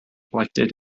collected